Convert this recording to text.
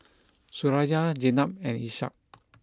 Suraya Zaynab and Ishak